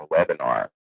webinar